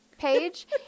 page